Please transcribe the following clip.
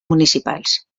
municipals